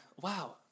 wow